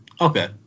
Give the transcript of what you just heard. Okay